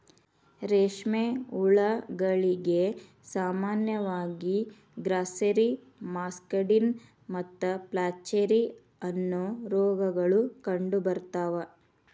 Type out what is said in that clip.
ರೇಷ್ಮೆ ಹುಳಗಳಿಗೆ ಸಾಮಾನ್ಯವಾಗಿ ಗ್ರಾಸ್ಸೆರಿ, ಮಸ್ಕಡಿನ್ ಮತ್ತು ಫ್ಲಾಚೆರಿ, ಅನ್ನೋ ರೋಗಗಳು ಕಂಡುಬರ್ತಾವ